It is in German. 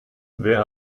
wer